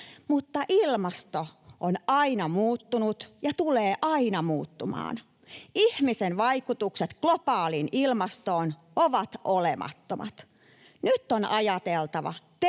mutta ilmasto on aina muuttunut ja tulee aina muuttumaan. Ihmisen vaikutukset globaaliin ilmastoon ovat olemattomat. Nyt on ajateltava terveellä